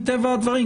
מטבע הדברים,